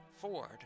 Ford